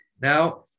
now